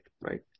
right